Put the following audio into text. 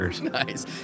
Nice